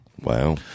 Wow